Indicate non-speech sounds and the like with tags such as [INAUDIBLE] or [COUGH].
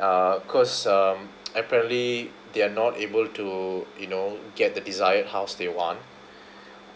uh cause um [NOISE] apparently they are not able to you know get the desired house they want